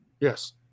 Yes